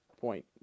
point